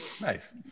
Nice